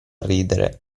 ridere